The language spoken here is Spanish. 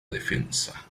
defensa